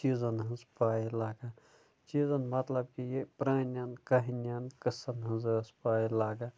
چیٖزَن ہٕنٛز پَے لگان چیٖزَن مطلب کہِ یہِ پرٛانٮ۪ن کَہانِٮ۪ن قٕصَن ہٕنٛز ٲس پَے لگَان